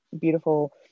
beautiful